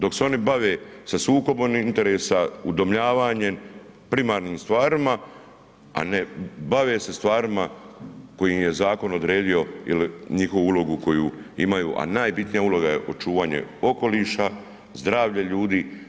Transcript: Dok se oni bave sa sukobom interesa, udomljavanjem, primarnim stvarima, a ne bave se stvarima koje im je zakon odredio ili njihovu ulogu koju imaju, a najbitnija uloga je očuvanje okoliša, zdravlje ljudi.